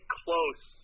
close